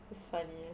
it's funny